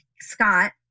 Scott